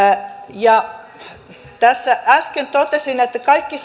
ja tässä äsken totesin että kaikki